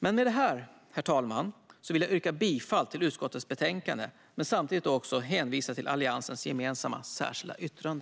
Med detta, herr talman, vill jag yrka bifall till utskottets förslag och samtidigt hänvisa till Alliansens gemensamma särskilda yttrande.